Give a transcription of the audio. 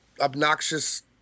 obnoxious